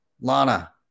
lana